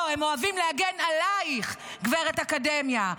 לא, הם אוהבים להגן עלייך, גב' אקדמיה.